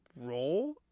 role